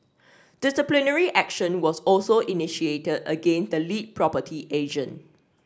disciplinary action was also initiated against the lead property agent